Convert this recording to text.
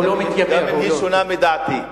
אף שדעתך שונה מדעתי.